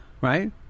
Right